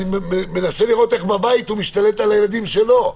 אני מנסה לראות איך בבית הוא משתלט על הילדים שלו,